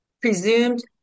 presumed